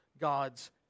God's